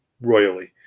royally